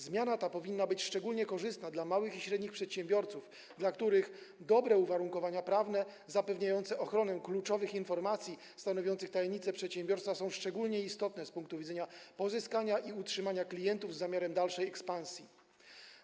Zmiana ta powinna być szczególnie korzystna dla małych i średnich przedsiębiorców, dla których dobre uwarunkowania prawne zapewniające ochronę kluczowych informacji stanowiących tajemnicę przedsiębiorstwa są szczególnie istotne z punktu widzenia pozyskania i utrzymania klientów z zamiarem dalszej ekspansji.